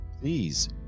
please